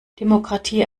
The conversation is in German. demokratie